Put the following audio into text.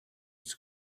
its